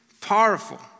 powerful